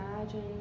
imagine